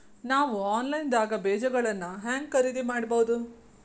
ನಾವು ಆನ್ಲೈನ್ ದಾಗ ಬೇಜಗೊಳ್ನ ಹ್ಯಾಂಗ್ ಖರೇದಿ ಮಾಡಬಹುದು?